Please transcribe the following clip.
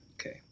Okay